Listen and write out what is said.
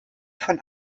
von